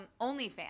OnlyFans